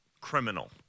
criminal